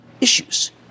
issues